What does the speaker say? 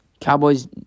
Cowboys